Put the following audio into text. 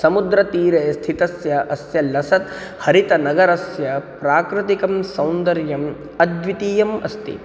समुद्रतीरे स्थितस्य अस्य लसत् हरितनगरस्य प्राकृतिकं सौन्दर्यम् अद्वितीयम् अस्ति